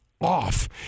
off